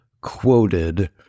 quoted